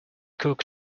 cook